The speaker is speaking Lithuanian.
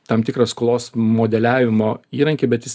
tam tikrą skolos modeliavimo įrankį bet jis